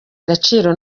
agaciro